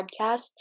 podcast